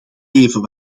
even